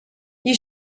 you